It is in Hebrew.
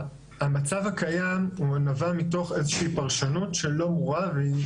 המצב הקיים נבע תוך איזושהי פרשנות שלא ברורה והיא